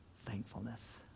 thankfulness